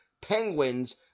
Penguins